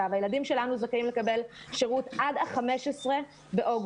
הילדים שלנו זכאים לקבל שירות עד ה-15 באוגוסט.